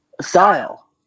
style